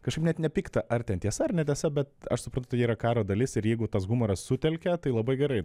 kažkaip net nepikta ar ten tiesa ar netiesa bet aš suprantu tai yra karo dalis ir jeigu tas humoras sutelkia tai labai gerai